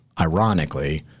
ironically